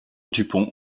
dupont